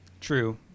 True